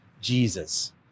Jesus